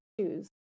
Choose